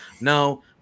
No